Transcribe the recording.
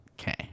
Okay